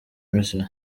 misiri